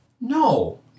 No